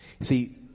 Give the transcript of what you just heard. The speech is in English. See